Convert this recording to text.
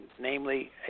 namely